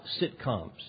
sitcoms